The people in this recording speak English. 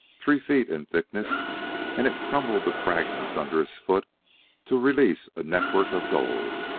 three feet in thickness and it crumbled to fragments under his foot to release a network of gold.